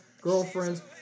girlfriends